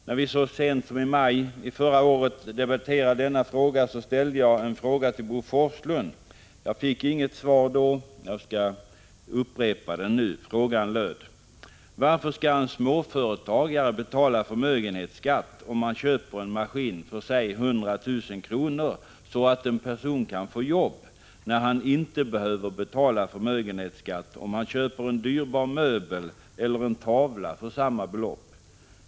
När vi så sent som i maj förra året debatterade denna skatt ställde jag en fråga till Bo Forslund. Jag fick inget svar då, och jag skall därför upprepa frågan nu. Frågan löd: Varför skall en småföretagare betala förmögenhetsskatt om han köper en maskin för säg 100 000 kr., så att en person kan få jobb, när han inte behöver betala förmögenhetsskatt om han köper en dyrbar möbel eller tavla för samma belopp?